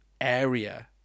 area